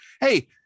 hey